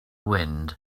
wind